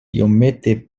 iomete